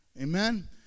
Amen